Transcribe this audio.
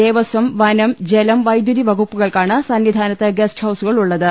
ദേവസം വനം ജലം വൈദ്യുതി വകുപ്പുകൾക്കാണ് സന്നിധാനത്ത് ഗസ്റ്റ് ഹൌസുകൾ ഉള്ളത്